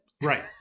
right